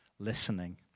listening